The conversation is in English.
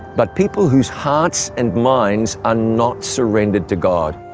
but people whose hearts and minds are not surrendered to god.